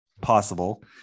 Possible